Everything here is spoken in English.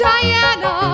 Diana